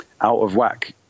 out-of-whack